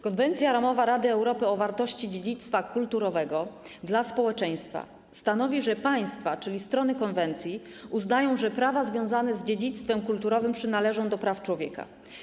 Konwencja ramowa Rady Europy o wartości dziedzictwa kulturowego dla społeczeństwa stanowi, że państwa, czyli strony konwencji, uznają, że prawa związane z dziedzictwem kulturowym przynależą do praw człowieka.